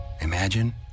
imagine